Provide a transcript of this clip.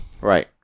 Right